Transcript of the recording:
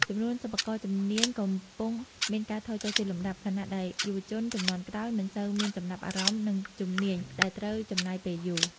ចំនួនសិប្បករជំនាញកំពុងមានការថយចុះជាលំដាប់ ខណៈដែលយុវជនជំនាន់ក្រោយមិនសូវមានចំណាប់អារម្មណ៍នឹងជំនាញដែលត្រូវចំណាយពេលយូរ។